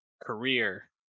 career